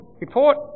report